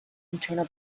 internal